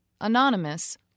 Anonymous